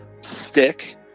stick